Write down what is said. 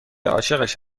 عاشقش